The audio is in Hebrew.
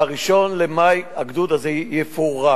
ב-1 במאי הגדוד הזה יפורק.